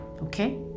Okay